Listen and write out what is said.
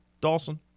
Dawson